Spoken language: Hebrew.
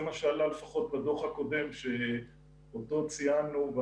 זה לפחות מה שעלה בדוח הקודם שאותו ציינו,